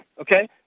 okay